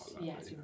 yes